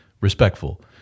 Respectful